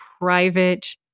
private